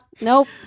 Nope